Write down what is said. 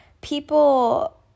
people